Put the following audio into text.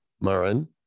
Marin